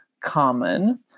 common